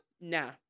nah